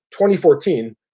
2014